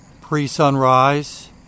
pre-sunrise